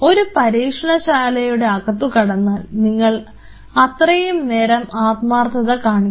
ഒരു പരീക്ഷണശാലയുടെ അകത്തുകടന്നാൽ നിങ്ങൾ അത്രയും നേരം ആത്മാർത്ഥത കാണിക്കുക